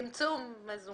של צמצום מזומן.